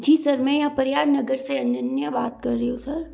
जी sir मैं यहाँ प्रयाग नगर से अनन्य बात कर रही हूँ सर